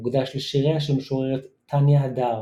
המוקדש לשיריה של המשוררת טניה הדר